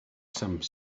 some